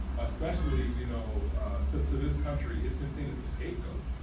especially you know to to this country, it's been seen as a scapegoat.